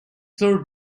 floor